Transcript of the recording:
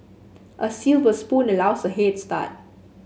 a silver spoon allows a head start